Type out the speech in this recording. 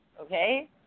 okay